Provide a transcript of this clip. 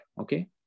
Okay